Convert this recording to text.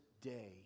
day